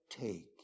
take